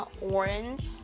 Orange